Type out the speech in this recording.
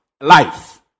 life